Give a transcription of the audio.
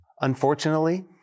Unfortunately